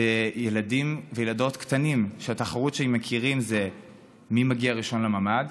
בילדים וילדות קטנים שהתחרות שהם מכירים היא מי מגיע ראשון לממ"ד,